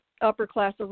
upper-class